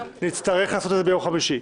נצטרך לעשות זאת ביום חמישי.